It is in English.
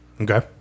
Okay